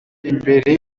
imbere